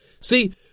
See